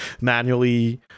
manually